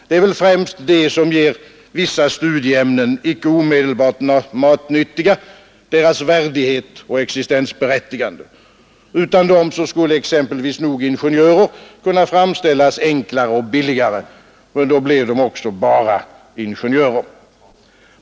Det är väl främst det som ger vissa studieämnen, icke omedelbart matnyttiga, deras värdighet och existensberättigande. Utan dem skulle exempelvis nog ingenjörer kunna framställas enklare och billigare, men då blev det också bara ingenjörer.